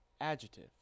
adjective